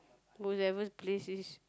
whoever's place is